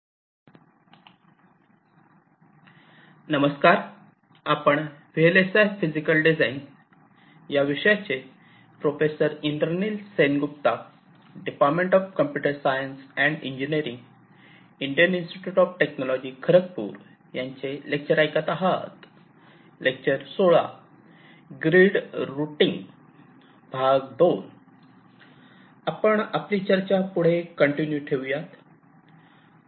आपण आपली चर्चा पुढे कंटिन्यू ठेवूया